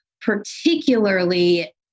particularly